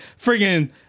friggin